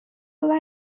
ببر